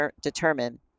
determine